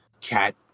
Cat